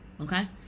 okay